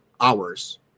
hours